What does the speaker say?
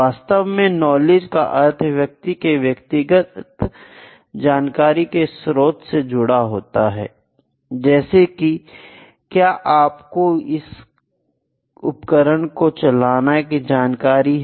वास्तव में नॉलेज का अर्थ व्यक्ति के व्यक्तिगत जानकारी के स्रोत से जुड़ा होता है जैसे कि क्या आपको इस उपकरण को चलाने की जानकारी है